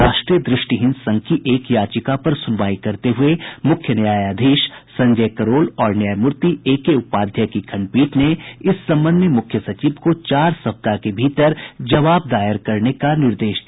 राष्ट्रीय दृष्टिहीन संघ की एक याचिका पर सुनवाई करते हुए मुख्य न्यायाधीश संजय करोल और न्यायमूर्ति एके उपाध्याय की खंडपीठ ने इस संबंध में मुख्य सचिव को चार सप्ताह के भीतर जवाब दायर करने का निर्देश दिया